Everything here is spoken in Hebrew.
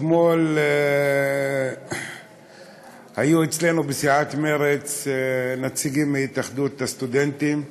אתמול היו אצלנו בסיעת מרצ נציגים מהתאחדות הסטודנטים,